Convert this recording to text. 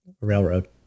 railroad